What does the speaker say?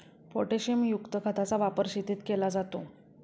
पोटॅशियमयुक्त खताचा वापर शेतीत केला जातो